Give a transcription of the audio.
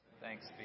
Thanks